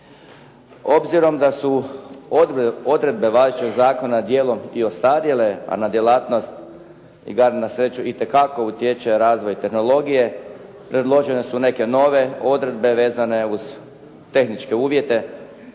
Obzirom da su odredbe važećeg zakona dijelom i ostarjele, a na djelatnost igara na sreću itekako utječe razvoj tehnologije, predložene su neke nove odredbe vezane uz tehničke uvjete.